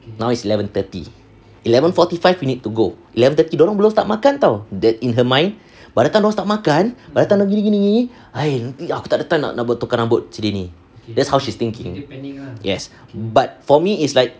now is eleven thirty eleven forty five we need to go eleven thirty dorang belum start makan [tau] that in her mind by the time dorang start makan by the time dah gini gini aku tak ada time nak betulkan rambut si dia ni that's how she's thinking yes but for me is like